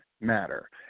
matter